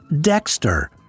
Dexter